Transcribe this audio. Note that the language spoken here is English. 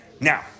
Now